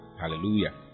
Hallelujah